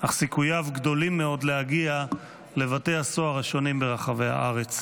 אך סיכוייו גדולים מאוד להגיע לבתי הסוהר השונים בארץ".